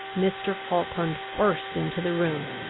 mr. falkland burst into the room.